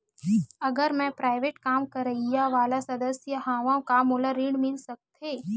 अगर मैं प्राइवेट काम करइया वाला सदस्य हावव का मोला ऋण मिल सकथे?